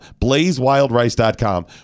BlazeWildRice.com